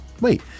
wait